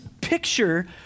picture